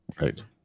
Right